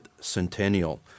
centennial